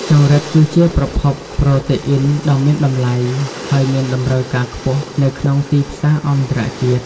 ចង្រិតគឺជាប្រភពប្រូតេអ៊ីនដ៏មានតម្លៃ ហើយមានតម្រូវការខ្ពស់នៅក្នុងទីផ្សារអន្តរជាតិ។